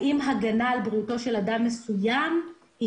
האם הגנה על בריאותו של אדם מסוים היא